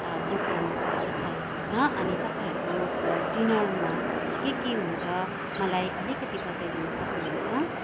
book गर्नुको लागि चाहिएको छ अनि तपाईँहरूको डिनरमा के के हुन्छ मलाई अलिकति बताइदिनु सक्नुहुन्छ